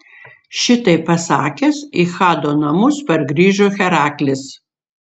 šitai pasakęs į hado namus pargrįžo heraklis